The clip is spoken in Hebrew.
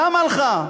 למה לך?